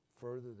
further